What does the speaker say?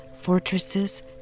fortresses